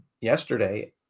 yesterday